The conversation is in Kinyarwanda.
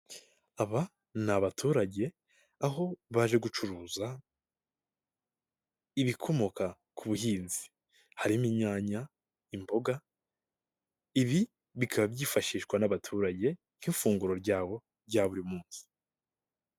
Aba ni abaturage aho baje gucuruza ibikomoka ku buhinzi harimo inyanya, imboga ibi bikaba byifashishwa n'abaturage nk'ifunguro ryabo rya buri munsi.